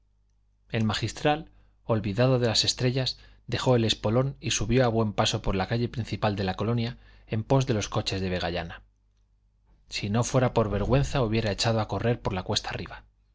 el magistral olvidado de las estrellas dejó el espolón y subió a buen paso por la calle principal de la colonia en pos de los coches de vegallana si no fuera por vergüenza hubiera echado a correr por la cuesta arriba